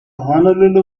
honolulu